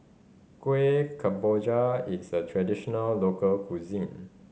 Kueh Kemboja is a traditional local cuisine